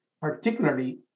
particularly